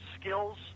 skills